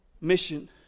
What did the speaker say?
mission